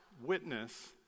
witness